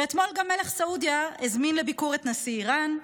ואתמול גם מלך סעודיה הזמין לביקור את נשיא איראן,